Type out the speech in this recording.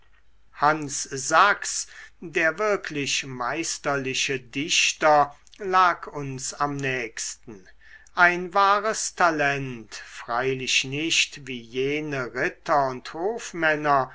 hans sachs der wirklich meisterliche dichter lag uns am nächsten ein wahres talent freilich nicht wie jene ritter und hofmänner